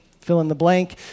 fill-in-the-blank